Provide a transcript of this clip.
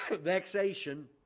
vexation